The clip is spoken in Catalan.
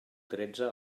tretze